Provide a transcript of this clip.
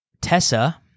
Tessa